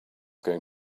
going